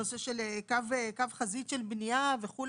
הנושא של קו חזית של בנייה וכו',